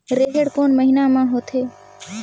रेहेण कोन महीना म होथे?